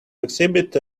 exhibit